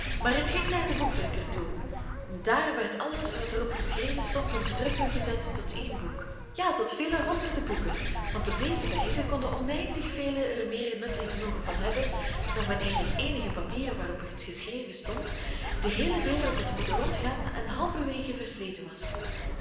maar het ging naar den boekdrukker toe en daar werd alles wat er op geschreven stond om te drukken gezet tot één boek ja tot vele honderden boeken want op deze wijze konden oneindig velen er meer nut en genoegen van hebben dan wanneer het eenige papier waarop het geschreven stond de heele wereld had moeten rondgaan en halverwege versleten was